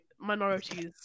minorities